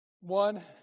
One